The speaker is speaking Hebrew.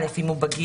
(א) אם הוא בגיר,